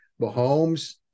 Mahomes